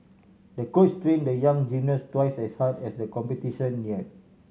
the coach trained the young gymnast twice as hard as the competition near